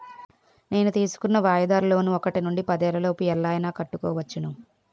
నేను తీసుకున్న వాయిదాల లోన్ ఒకటి నుండి పదేళ్ళ లోపు ఎలా అయినా కట్టుకోవచ్చును